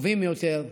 טובים יותר,